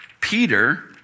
Peter